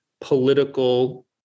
political